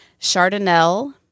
Chardonnay